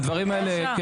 הדברים כן,